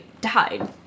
died